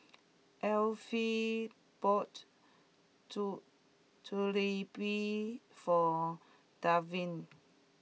Alfred bought Jalebi for Delvin